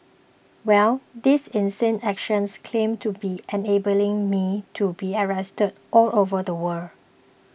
well this insane actions claim to be enabling me to be arrested all over the world